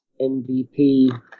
MVP